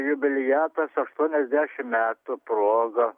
jubiliatas aštuoniasdešimt metų proga